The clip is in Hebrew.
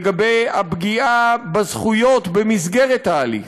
לגבי הפגיעה בזכויות במסגרת ההליך.